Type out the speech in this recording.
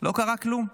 לא קרה כלום.